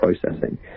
processing